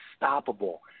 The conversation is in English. unstoppable